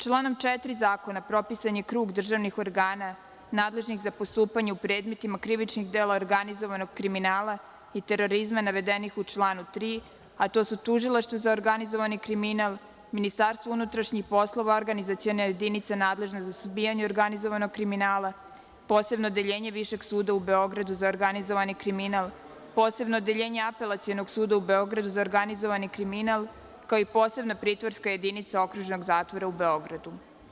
Članom 4. zakona propisan je krug državnih organa nadležnih za postupanje u predmetima krivičnog dela organizovanog kriminala i terorizma, navedenih u članu 3, a to su Tužilaštvo za organizovani kriminal, Ministarstvo unutrašnjih poslova, Organizaciona jedinica nadležna za suzbijanje organizovanog kriminala, Posebno odeljenje Višeg suda u Beogradu za organizovani kriminal, Posebno odeljenje Apelacionog suda u Beogradu za organizovani kriminal, kao i Posebna pritvorska jedinica Okružnog zatvora u Beogradu.